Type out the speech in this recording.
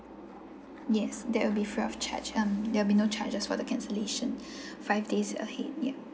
yes that will be free of charge um there'll be charges for the cancellation five days ahead ya